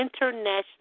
International